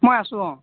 মই আছোঁ অঁ